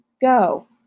Go